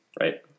right